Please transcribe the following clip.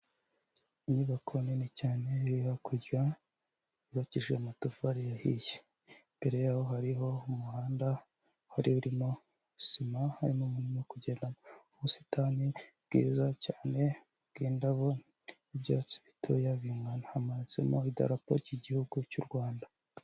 Inyubako nini cyane iri hakurya yubakije amatafari yahiye. Imbere yaho hariho umuhanda wari urimo sima, harimo umuntu urimo kugendamo. Ubusitani bwiza cyane bw'indabo n'ibyatsi bitoya bingana. Hamanitsemo idarapo ry'igihugu cy'u Rwanda.